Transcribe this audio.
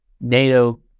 NATO